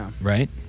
right